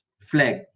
flag